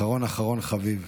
אחרון אחרון חביב.